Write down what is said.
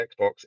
Xbox